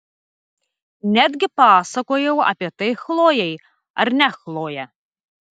netgi pasakojau apie tai chlojei ar ne chloje